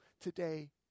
today